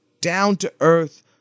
Down-to-earth